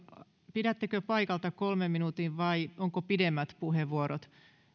pidättekö paikalta kolmen minuutin vai onko pidemmät puheenvuorot